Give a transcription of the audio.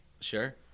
Sure